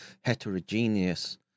heterogeneous